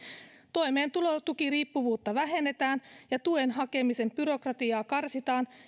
toimeentulotukiriippuvuutta vähennetään ja tuen hakemisen byrokratiaa karsitaan